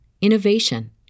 innovation